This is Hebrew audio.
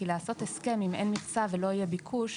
כי לעשות הסכם אם אין מכסה ולא יהיה ביקוש,